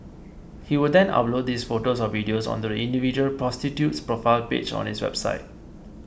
he would then upload these photos or videos onto the individual prostitute's profile page on his website